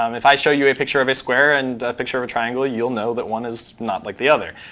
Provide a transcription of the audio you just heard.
um if i show you a picture of a square and a picture of a triangle, you'll know that one is not like the other.